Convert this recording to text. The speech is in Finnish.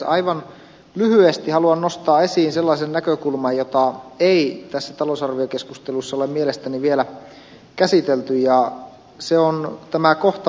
aivan lyhyesti haluan nostaa esiin sellaisen näkökulman jota ei tässä talousarviokeskustelussa ole mielestäni vielä käsitelty ja se on tämä kohta vesitalous